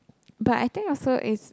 but I think also is